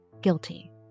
guilty